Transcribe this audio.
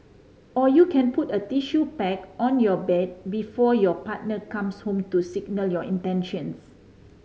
or you can put a tissue packet on your bed before your partner comes home to signal your intentions